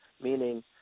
meaning